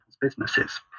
businesses